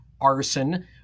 arson